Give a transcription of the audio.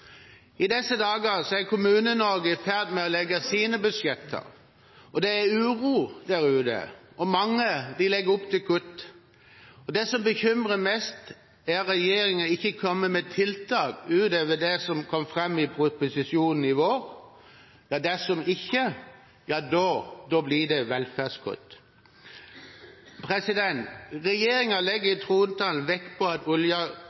I disse dager er Kommune-Norge i ferd med å legge sine budsjetter, og det er uro der ute. Mange vil legge opp til kutt. Det som bekymrer mest, er at regjeringen ikke har kommet med tiltak utover det som kom fram i proposisjonen i vår. Dersom det ikke kommer tiltak, blir det velferdskutt. Regjeringen legger i trontalen vekt på at